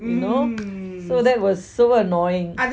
you know so that was so annoying